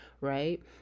right